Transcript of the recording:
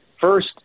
first